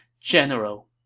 General